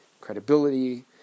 credibility